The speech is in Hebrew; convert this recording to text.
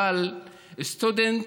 אבל סטודנט